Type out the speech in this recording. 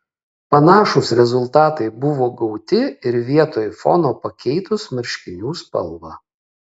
panašūs rezultatai buvo gauti ir vietoj fono pakeitus marškinių spalvą